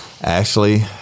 Ashley